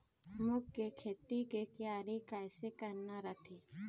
मूंग के खेती के तियारी कइसे करना रथे?